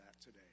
today